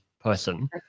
person